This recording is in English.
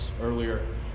earlier